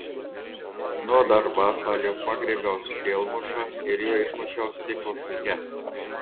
nuo darbastalio pagriebiau skylmušą ir juo išmušiau stiklo šukes